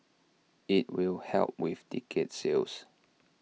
IT will help with ticket sales